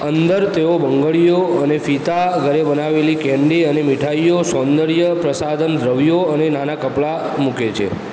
અંદર તેઓ બંગડીઓ અને ફીતા ઘરે બનાવેલી કેન્ડી અને મીઠાઇઓ સૌંદર્ય પ્રસાધન દ્રવ્યો અને નાના કપડા મૂકે છે